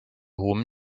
hohem